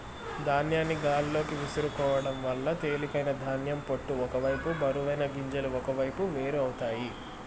ధాన్యాన్ని గాలిలోకి విసురుకోవడం వల్ల తేలికైన ధాన్యం పొట్టు ఒక వైపు బరువైన గింజలు ఒకవైపు వేరు అవుతాయి